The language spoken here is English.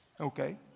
okay